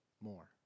more